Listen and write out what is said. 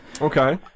Okay